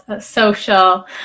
social